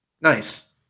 Nice